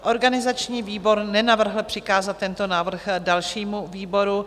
Organizační výbor nenavrhl přikázat tento návrh dalšímu výboru.